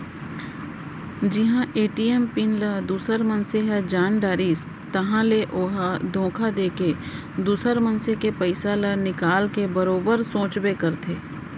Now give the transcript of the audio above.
जिहां ATM PIN ल दूसर मनसे ह जान डारिस ताहाँले ओ ह धोखा देके दुसर मनसे के पइसा ल निकाल के बरोबर सोचबे करथे